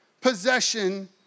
possession